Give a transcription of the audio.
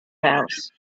house